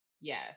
yes